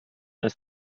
ist